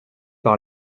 vous